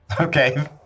Okay